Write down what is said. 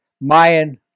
Mayan